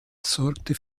sorgte